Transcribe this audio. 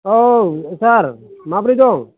औ सार माब्रै दं